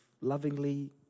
lovingly